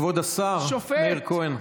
כבוד השר מאיר כהן,